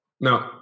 no